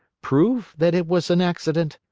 prove that it was an accident?